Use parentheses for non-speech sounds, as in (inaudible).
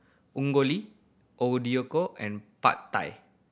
(unintelligible) and Pad Thai